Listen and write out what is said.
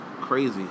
Crazy